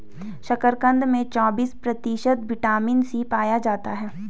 शकरकंद में चौबिस प्रतिशत विटामिन सी पाया जाता है